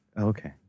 Okay